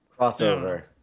crossover